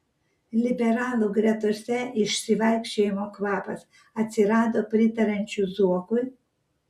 liberalų gretose išsivaikščiojimo kvapas atsirado pritariančių zuokui